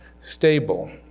Stable